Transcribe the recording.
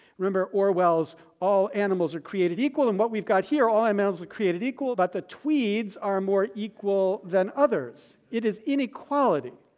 remember orwell's, all animals are created equal. and what we've got here, all animals are created equal but the tweeds are more equal than others. it is inequality.